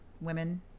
women